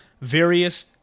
various